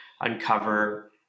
uncover